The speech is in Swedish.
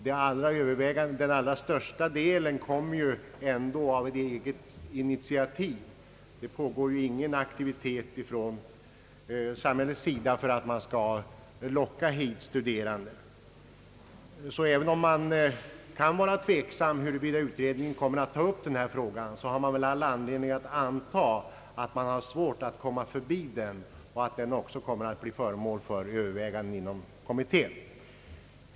Den allra största delen av dem kommer på eget initiativ. Det pågår ingen aktivitet från samhällets sida för att locka hit studerande. Även om det kan råda viss tveksamhet om huruvida utredningen kommer att ta upp denna fråga finns det alltså anledning anta att man får svårt att gå förbi den och att frågan också kommer att bli föremål för övervägande inom kommittén.